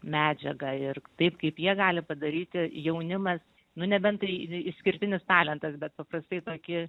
medžiagą ir taip kaip jie gali padaryti jaunimas nu nebent tai i išskirtinis talentas bet paprastai tokie